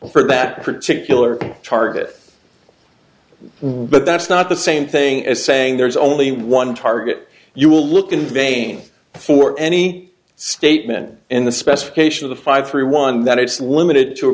for that particular target but that's not the same thing as saying there's only one target you will look in vain for any statement in the specification of the five through one that it's limited to a